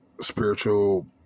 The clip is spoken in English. spiritual